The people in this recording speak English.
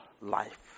life